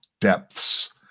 depths